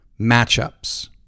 matchups